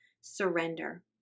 surrender